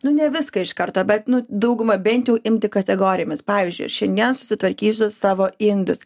nu ne viską iš karto bet dauguma bent jau imti kategorijomis pavyzdžiui šiandien susitvarkysiu savo indus